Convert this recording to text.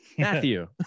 Matthew